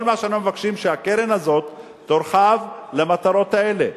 כל מה שאנו מבקשים: שהקרן הזאת תורחב למטרות האלה.